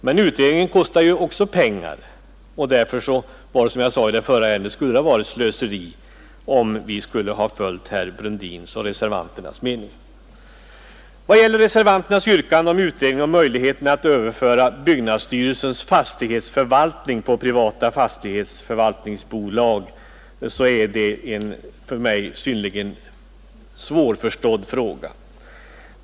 Men också utredningar kostar pengar och därför skulle det ha varit slöseri, om vi i vårt beslut hade följt herr Brundins och reservanternas mening. Reservanternas yrkande om utredning av möjligheterna att överföra byggnadsstyrelsens fastighetsförvaltning till privata fastighetsförvaltningsbolag är för mig mycket svårförståeligt.